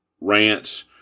rants